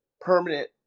permanent